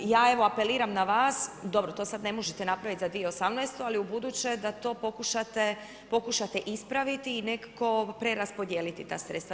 Ja evo apeliram na vas, dobro to sada ne možete napraviti za 2018., ali u buduće da to pokušate ispraviti i nekako preraspodijeliti ta sredstva.